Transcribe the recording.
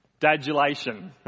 Dadulation